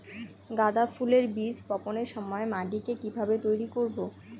গাদা ফুলের বীজ বপনের সময় মাটিকে কিভাবে তৈরি করব?